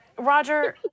Roger